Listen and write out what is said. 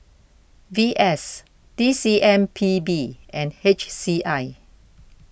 V S T C M P B and H C I